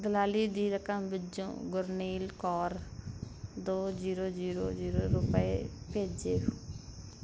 ਦਲਾਲੀ ਦੀ ਰਕਮ ਵਜੋਂ ਗੁਰਨੀਲ ਕੌਰ ਦੋ ਜੀਰੋ ਜੀਰੋ ਜੀਰੋ ਰੁਪਏ ਭੇਜੋ